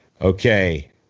Okay